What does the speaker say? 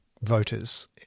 voters